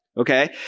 Okay